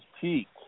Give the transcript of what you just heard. peak